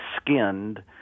skinned